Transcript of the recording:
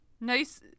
nice